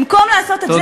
במקום לעשות את זה,